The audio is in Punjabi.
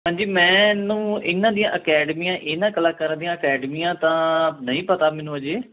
ਹਾਂਜੀ ਮੈੈਂ ਇਹਨੂੰ ਇਹਨਾਂ ਦੀਆਂ ਅਕੈਡਮੀਆਂ ਇਹਨਾਂ ਕਲਾਕਾਰਾਂ ਦੀਆਂ ਅਕੈਡਮੀਆਂ ਤਾਂ ਨਹੀਂ ਪਤਾ ਮੈਨੂੰ ਹਜੇ